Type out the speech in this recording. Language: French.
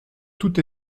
tout